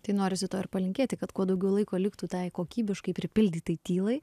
tai norisi to ir palinkėti kad kuo daugiau laiko liktų tai kokybiškai pripildytai tylai